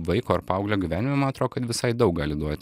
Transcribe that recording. vaiko ar paauglio gyvenime man atrodo kad visai daug gali duoti